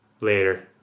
Later